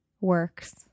works